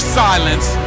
silence